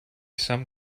some